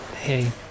Hey